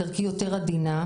דרכי יותר עדינה,